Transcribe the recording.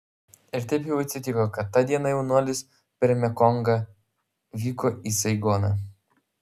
ir taip jau atsitiko kad tą dieną jaunuolis per mekongą vyko į saigoną